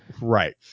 Right